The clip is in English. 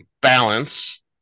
balance